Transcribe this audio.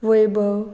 वैभव